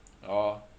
oh